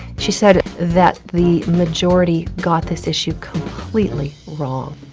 she said that the majority got this issue completely wrong.